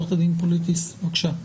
עורכת הדין בגין, בבקשה.